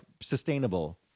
sustainable